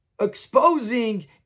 Exposing